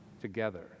together